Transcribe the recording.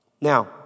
Now